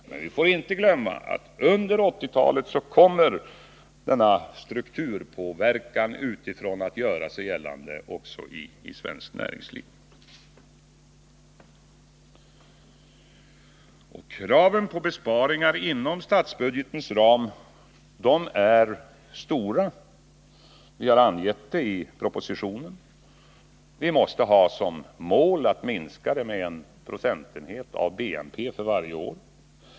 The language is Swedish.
Men vi får inte glömma att under 1980-talet kommer denna strukturpåverkan utifrån att göra sig gällande också i svenskt näringsliv. Kraven på besparingar inom statsbudgetens ram är stora. Vi har angett det i propositionen. Vi måste ha som mål att göra minskningar med 1 procentenhet av bruttonationalprodukten för varje år.